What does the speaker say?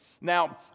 Now